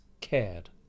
cared